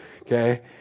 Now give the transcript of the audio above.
Okay